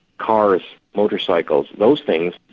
cars, motorcycles, those things,